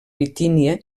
bitínia